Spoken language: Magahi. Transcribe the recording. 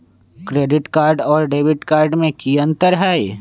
क्रेडिट कार्ड और डेबिट कार्ड में की अंतर हई?